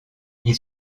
ils